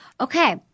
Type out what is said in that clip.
Okay